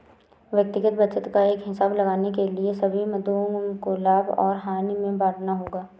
व्यक्तिगत बचत का हिसाब लगाने के लिए सभी मदों को लाभ और हानि में बांटना होगा